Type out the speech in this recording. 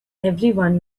everyone